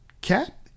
cat